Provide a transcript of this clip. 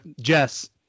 Jess